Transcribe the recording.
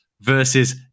versus